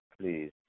please